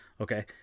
Okay